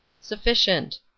sufficient